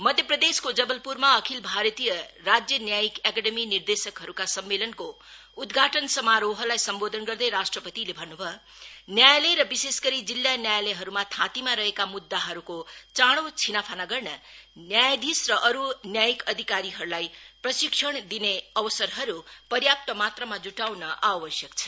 मध्यप्रदेशको जवलप्रमा अखिल भारतीय राज्य न्यायिक एकेडमी निर्देशकहरूका सम्मेलनको उद्घाटन समारोहलाई सम्बोधन गर्दै राष्ट्रपतिले भन्न् भयो न्यायालय र विशेष गरी जिल्ला न्यायालयहरूमा थाँतीमा रहेका म्द्दाहरूको चाड़ो छिनाफाना गर्न न्यायाधीश र अरू न्यायिक अधिकारीहरूलाई प्रशिक्षण दिने अवसरहरू पर्याप्त मात्रामा जुटाउन आवश्यक छ